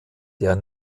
der